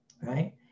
right